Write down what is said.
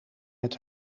met